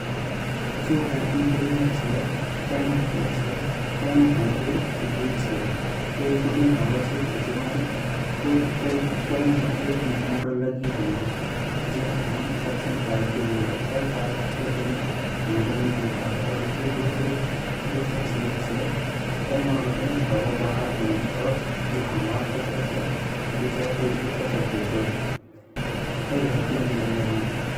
जु vacuum cleaner ची उ योक बिजली द्वारा चलैंड वाई मशीन ची वेते हम स्विच बे ऑन कारला, जेते हम सम्झोंड लगया वेते क्या ब्वन की पेहली ये तार ते बिजली पर लगोण्ड अर बिजली पर लागेके ये स्विच ऑन कन अर ऑन करि ते येते कन के अगिन-पीछिन कन अर वे जु अगिनो वैक्यूम लग्यु रन वेते सम्झोंड की यख बटिन गन्ध खिचयन ये मा अर जब येमा गन्ध ए जालु तब ये खवेलि ते स्विच बंद करी ये गन्ध भेर फरेते येते दुबारा यूज़ कन।